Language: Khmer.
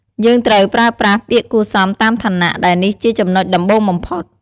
យើងត្រូវប្រើប្រាស់ពាក្យគួរសមតាមឋានៈ ដែលនេះជាចំណុចដំបូងបំផុត។